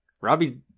Robbie